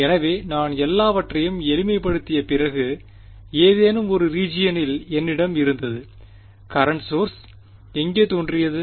எனவே நான் எல்லாவற்றையும் எளிமைப்படுத்திய பிறகு ஏதேனும் ஒரு ரீஜியனில் என்னிடம் இருந்தது கரண்ட் சோர்ஸ் எங்கே தோன்றியது